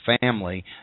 family